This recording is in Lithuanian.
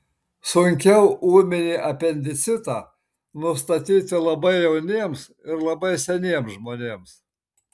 sunkiau ūminį apendicitą nustatyti labai jauniems ir labai seniems žmonėms